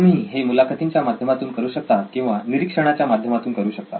तुम्ही हे मुलाखतींच्या माध्यमातून करू शकता किंवा निरीक्षणाच्या माध्यमातून करू शकता